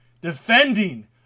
defending